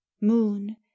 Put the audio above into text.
moon